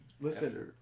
Listen